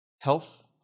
health